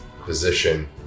position